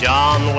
John